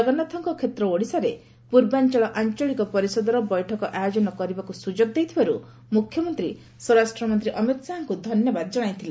ଜଗନ୍ନାଥଙ୍କ କ୍ଷେତ୍ର ଓଡ଼ିଶାରେ ପୂର୍ବାଞଳ ଆଞଳିକ ପରିଷଦର ବୈଠକ ଆୟୋଜନ କରିବାକୁ ସୁଯୋଗ ଦେଇଥିବାରୁ ମୁଖ୍ୟମନ୍ତୀ ସ୍ୱରାଷ୍ଟ୍ରମନ୍ତୀ ଅମିତ ଶାହାଙ୍କୁ ଧନ୍ୟବାଦ ଜଶାଇଥିଲେ